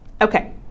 okay